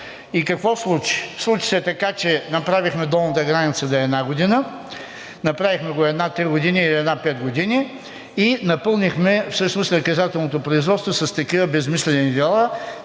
И какво се случи? Случи се така, че направихме долната граница да е една година, направихме го 1 – 3 години или 1 – 5 години, и напълнихме всъщност наказателното производство с такива безсмислени дела.